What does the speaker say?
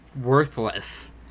worthless